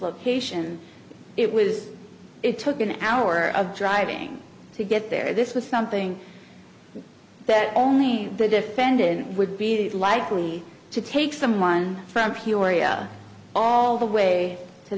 location it was it took an hour of driving to get there this was something that only the defendant would be that likely to take someone from peoria all the way to